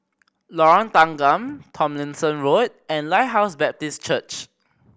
Lorong Tanggam Tomlinson Road and Lighthouse Baptist Church